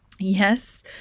Yes